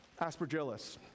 aspergillus